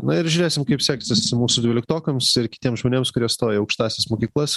na ir žiūrėsim kaip seksis mūsų dvyliktokams ir kitiems žmonėms kurie stoja į aukštąsias mokyklas